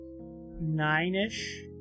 nine-ish